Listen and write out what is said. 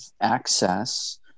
access